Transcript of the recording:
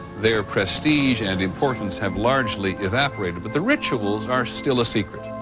their prestige and importance have largely evaporated but the rituals are still a secret.